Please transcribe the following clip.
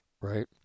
right